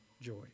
joy